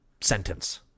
sentence